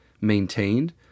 maintained